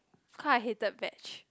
call I hated veg